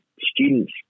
students